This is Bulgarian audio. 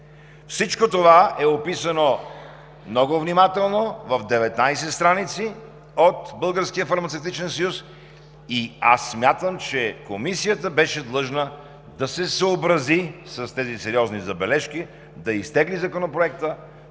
Всичко това е описано много внимателно в 19 страници от Българския фармацевтичен съюз и аз смятам, че Комисията беше длъжна да се съобрази с тези сериозни забележки, да изтегли Законопроекта,